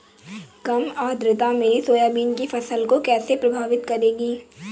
कम आर्द्रता मेरी सोयाबीन की फसल को कैसे प्रभावित करेगी?